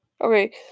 Okay